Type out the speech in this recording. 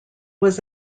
was